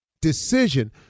decision